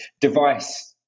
device